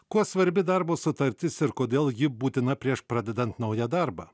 kuo svarbi darbo sutartis ir kodėl ji būtina prieš pradedant naują darbą